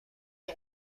est